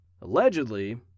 Allegedly